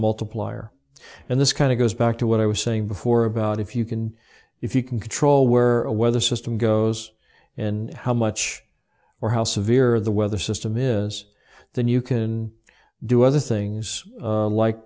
multiplier and this kind of goes back to what i was saying before about if you can if you can control where a weather system goes in how much or how severe the weather system is than you can do other things like